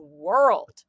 world